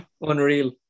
unreal